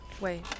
wait